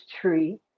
tree